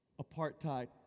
apartheid